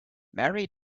mary